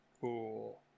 Cool